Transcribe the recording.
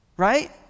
right